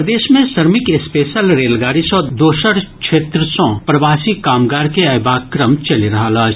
प्रदेश मे श्रमिक स्पेशल रेलगाड़ी सँ देशक दोसर क्षेत्र सँ प्रवासी कामगार के अयबाक क्रम चलि रहल अछि